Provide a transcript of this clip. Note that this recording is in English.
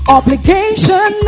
obligation